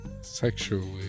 sexually